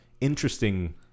interesting